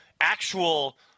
actual